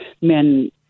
men